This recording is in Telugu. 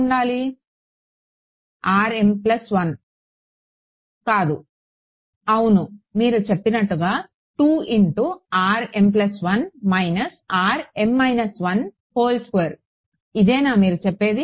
rm1 ఆ కాదు అవును మీరు చెప్పినట్టుగా 2rm1 rm 12 ఇదే నా మీరు చెప్పేది